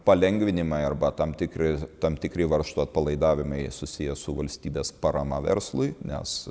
palengvinimai arba tam tikri tam tikri varžtų atpalaidavimai susiję su valstybės parama verslui nes